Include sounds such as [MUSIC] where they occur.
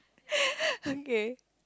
[LAUGHS] okay